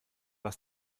was